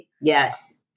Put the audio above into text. Yes